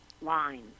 line